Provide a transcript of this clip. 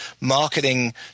marketing